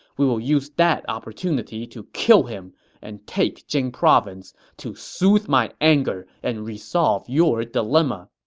we will use that opportunity to kill him and take jing province to soothe my anger and resolve your dilemma.